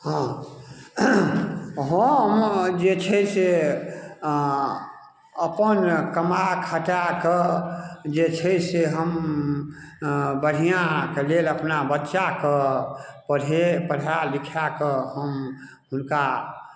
हँ हम जे छै से अपन कमा खटा कऽ जे छै से हम बढ़िआँके लेल अपना बच्चाकेँ पढ़े पढ़ा लिखा कऽ हम हुनका